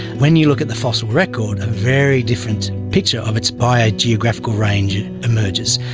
when you look at the fossil record, a very different picture of its biogeographical range emerges,